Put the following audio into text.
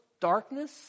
darkness